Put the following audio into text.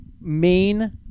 main